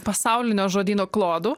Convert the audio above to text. pasaulinio žodyno klodų